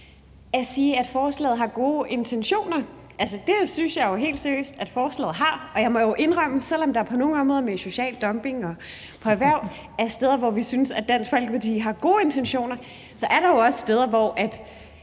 med sige, at forslaget har gode intentioner, og altså, det synes jeg jo helt seriøst at forslaget har, og jeg må indrømme, at selv om der på nogle områder, f.eks. social dumping og erhverv, er steder, hvor vi synes at Dansk Folkeparti har gode intentioner, er der jo også steder, hvor